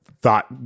Thought